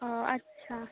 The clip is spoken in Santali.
ᱚ ᱟᱪᱪᱷᱟ